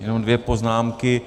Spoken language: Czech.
Jenom dvě poznámky.